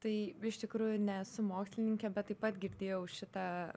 tai iš tikrųjų nesu mokslininkė bet taip pat girdėjau šitą